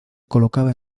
colocaba